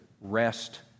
rest